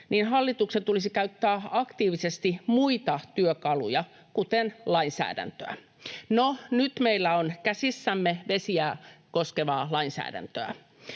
niin hallituksen tulisi käyttää aktiivisesti muita työkaluja, kuten lainsäädäntöä. No, nyt meillä on käsissämme vesiä koskevaa lainsäädäntöä.